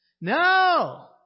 No